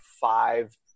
five